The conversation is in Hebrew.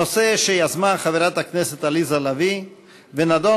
נושא שיזמה חברת הכנסת עליזה לביא ונדון